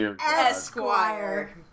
Esquire